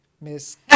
Miss